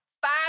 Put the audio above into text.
Five